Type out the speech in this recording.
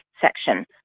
section